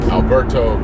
Alberto